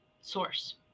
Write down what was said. source